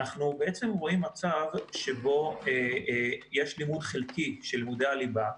אנחנו רואים מצב שבו יש לימוד חלקי של לימודי הליבה.